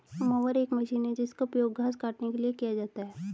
mower एक machine है जिसका उपयोग घास काटने के लिए किया जाता है